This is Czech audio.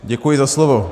Děkuji za slovo.